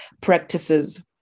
practices